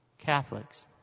Catholics